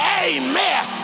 amen